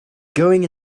going